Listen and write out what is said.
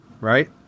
right